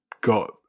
got